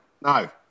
no